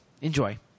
enjoy